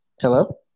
Hello